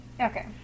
Okay